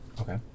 Okay